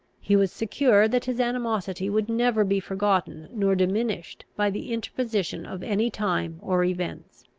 he was secure that his animosity would never be forgotten nor diminished by the interposition of any time or events.